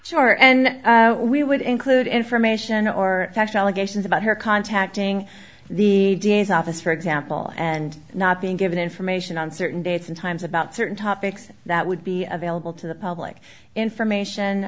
charge and we would include information or cash allegations about her contacting the d a s office for example and not being given information on certain dates and times about certain topics that would be available to the public information